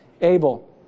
Abel